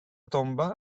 tomba